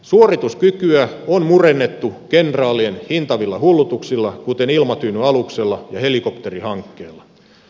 suorituskykyä on murennettu kenraalien hintavilla hullutuksilla kuten ilmatyynyaluksella ja helikopterihankkeella